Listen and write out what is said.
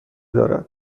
دارد